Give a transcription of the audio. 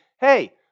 hey